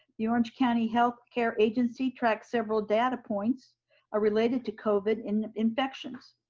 the orange county health care agency tracks several data points are related to covid in the infections.